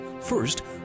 First